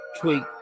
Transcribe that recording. tweet